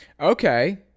okay